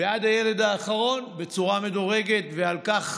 ועד הילד האחרון, בצורה מדורגת, ועל כך